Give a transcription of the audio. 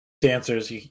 dancers